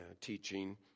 teaching